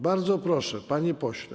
Bardzo proszę, panie pośle.